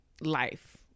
life